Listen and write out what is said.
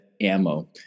ammo